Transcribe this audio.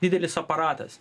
didelis aparatas